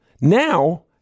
now